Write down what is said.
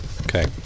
Okay